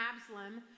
Absalom